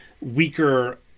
weaker